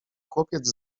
chłopiec